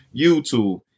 YouTube